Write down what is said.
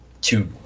two